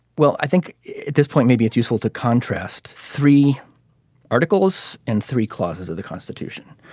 well i think at this point maybe it's useful to contrast three articles and three clauses of the constitution.